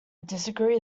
disagree